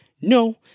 No